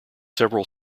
several